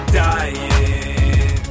dying